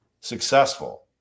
successful